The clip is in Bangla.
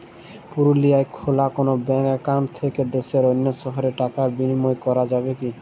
পুরুলিয়ায় খোলা কোনো ব্যাঙ্ক অ্যাকাউন্ট থেকে দেশের অন্য শহরে টাকার বিনিময় করা যাবে কি?